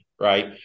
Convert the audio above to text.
right